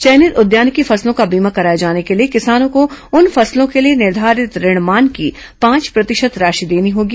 चयनित उद्यानिकी फसलों का बीमा कराए जाने के लिए किसानों को उन फसलों के लिए निर्धारित ऋणमान की पांच प्रतिशत राशि देनी होगी